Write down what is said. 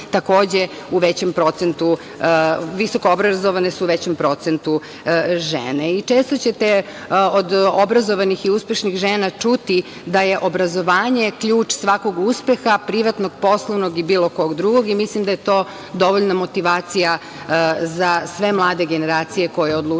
među visoko obrazovanim takođe u većem procentu žene. Često ćete od obrazovanih i uspešnih žena čuti da je obrazovanje ključ svakog uspeha, privatnog, poslovnog i bilo kog drugog i mislim da je to dovoljna motivacija za sve mlade generacije koje odlučuju